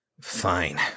Fine